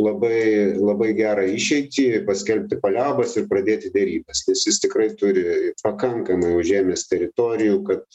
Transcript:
labai labai gerą išeitį paskelbti paliaubas ir pradėti derybas nes jis tikrai turi pakankamai užėmęs teritorijų kad